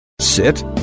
Sit